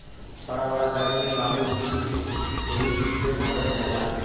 बड़ बड़ गाड़ी में बालू गिट्टी एहि से भरल जाला